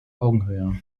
augenhöhe